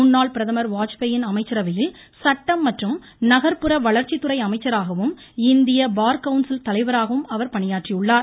முன்னாள் பிரதமர் வாஜ்பேயி யின் அமைச்சரவையில் சட்டம் மற்றும் நகர்ப்புற வளர்ச்சித் துறை அமைச்சராகவும் இந்திய பார் கவுன்சில் தலைவராகவும் அவர் பணியாற்றியுள்ளார்